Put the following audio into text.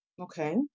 Okay